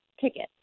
ticket